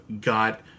got